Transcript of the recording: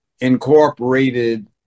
incorporated